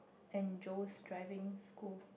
and Joe's driving school